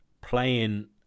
playing